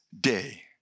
day